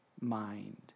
mind